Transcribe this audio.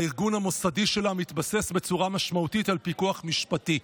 והארגון המוסדי שלה מתבסס בצורה משמעותית על פיקוח משפטי.